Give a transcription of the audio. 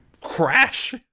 crash